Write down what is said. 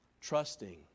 Trusting